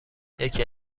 یکی